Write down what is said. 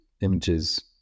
images